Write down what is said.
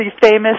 famous